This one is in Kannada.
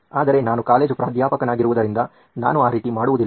ಆದರೆ ನಾನು ಕಾಲೇಜು ಪ್ರಾಧ್ಯಾಪಕನಾಗಿರುವುದರಿಂದ ನಾನು ಆ ರೀತಿ ಮಾಡುವುದಿಲ್ಲ